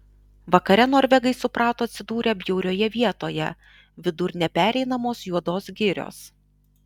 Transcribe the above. vakare norvegai suprato atsidūrę bjaurioje vietoje vidur nepereinamos juodos girios